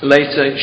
Later